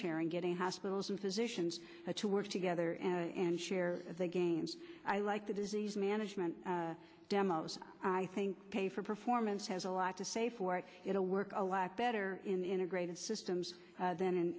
sharing getting hospitals and physicians to work together and share their games i like the disease management demos i think pay for performance has a lot to say for it to work a lot better integrated systems than